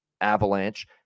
avalanche